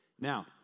Now